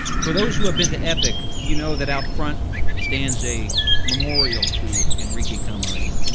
for those who have been to epic, you know that out front stands a memorial to enrique camarena.